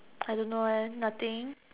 I don't know eh nothing